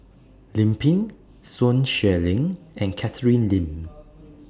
Lim Pin Sun Xueling and Catherine Lim